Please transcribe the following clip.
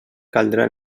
caldrà